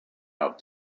out